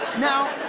now